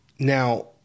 Now